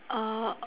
uh